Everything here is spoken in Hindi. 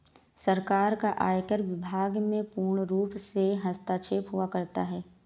सरकार का आयकर विभाग में पूर्णरूप से हस्तक्षेप हुआ करता है